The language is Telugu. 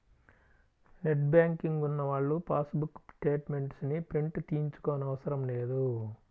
నెట్ బ్యాంకింగ్ ఉన్నవాళ్ళు పాస్ బుక్ స్టేట్ మెంట్స్ ని ప్రింట్ తీయించుకోనవసరం లేదు